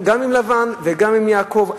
גם עם לבן וגם עם יעקב,